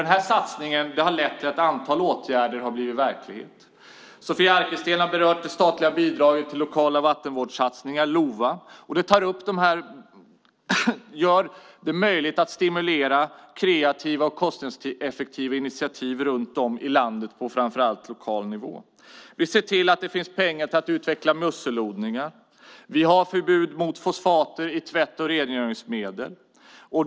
Det har lett till att ett antal åtgärder har blivit verklighet. Sofia Arkelsten har berört bidraget till lokala vattenvårdssatsningar, LOVA. Det gör det möjligt att stimulera kreativa och kostnadseffektiva initiativ runt om i landet på framför allt lokal nivå. Vi ser till att det finns pengar till att utveckla musselodlingar. Vi har förbjudit fosfater i tvätt och rengöringsmedel.